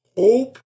hope